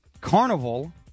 Carnival